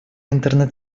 интернет